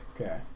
Okay